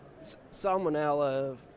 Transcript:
salmonella